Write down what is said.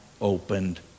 opened